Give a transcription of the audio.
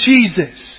Jesus